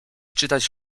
czytać